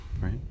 right